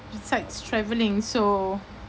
besides travelling so